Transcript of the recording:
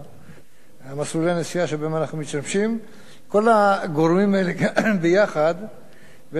כל הגורמים האלה ביחד בעצם מטופלים, וזה נכון.